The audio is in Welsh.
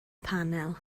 panel